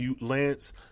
Lance